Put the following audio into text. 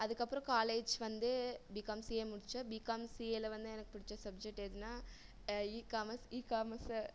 அதுக்கப்புறம் காலேஜ் வந்து BCom CA முடித்தேன் பிகாம் சிஏவில் வந்து எனக்கு பிடிச்ச சப்ஜெக்ட் எதுனால் இகாமஸ் இகாமஸ்